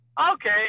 Okay